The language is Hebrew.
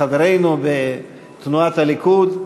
חברינו בתנועת הליכוד,